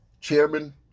chairman